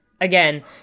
again